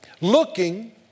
Looking